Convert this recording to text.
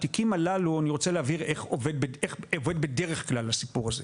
התיקים הללו אני רוצה להבהיר איך עובד בדרך כלל הסיפור הזה: